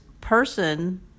person